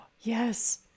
Yes